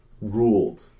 ruled